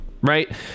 Right